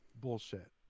bullshit